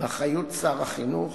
באחריות שר החינוך,